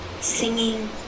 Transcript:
singing